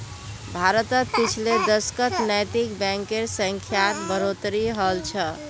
भारतत पिछले दशकत नैतिक बैंकेर संख्यात बढ़ोतरी हल छ